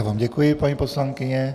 Děkuji vám, paní poslankyně.